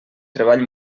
treball